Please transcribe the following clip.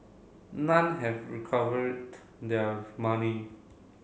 none have recovered their money